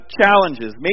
challenges